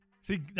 See